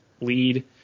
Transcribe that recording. lead